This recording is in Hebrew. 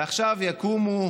ועכשיו יקומו